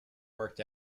worked